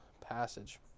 passage